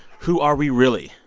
who are we really?